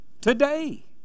today